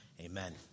Amen